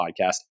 podcast